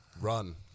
run